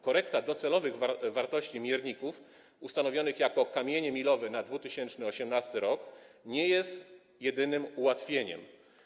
Korekta docelowych wartości mierników ustanowionych jako kamienie milowe na 2018 r. nie jest jedynym ułatwieniem.